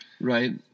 right